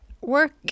work